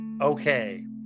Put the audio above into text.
Okay